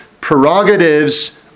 prerogatives